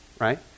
Right